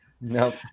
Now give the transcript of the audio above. No